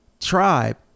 Tribe